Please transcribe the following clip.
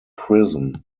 prison